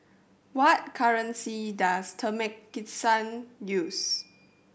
what currency does Turkmenistan use